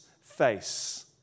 face